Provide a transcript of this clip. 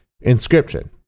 inscription